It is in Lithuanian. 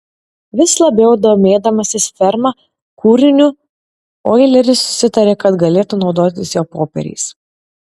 vis labiau domėdamasis ferma kūriniu oileris susitarė kad galėtų naudotis jo popieriais